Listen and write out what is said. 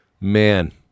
man